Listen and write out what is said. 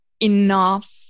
enough